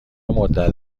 مدت